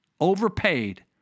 overpaid